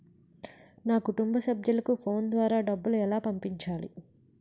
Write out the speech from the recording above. నా కుటుంబ సభ్యులకు ఫోన్ ద్వారా డబ్బులు ఎలా పంపించాలి?